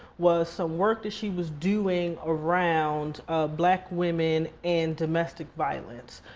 was some work that she was doing around black women in domestic violence.